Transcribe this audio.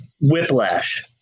whiplash